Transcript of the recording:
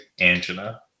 Angina